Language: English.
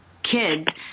kids